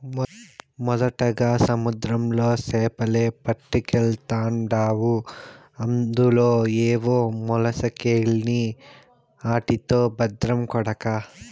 మొదటగా సముద్రంలో సేపలే పట్టకెల్తాండావు అందులో ఏవో మొలసకెల్ని ఆటితో బద్రం కొడకా